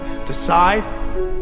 Decide